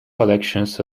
collections